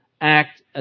act